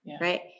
Right